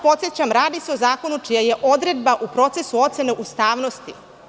Podsećam vas, radi se o zakonu čija je odredba u procesu ocene ustavnosti.